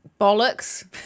bollocks